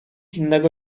innego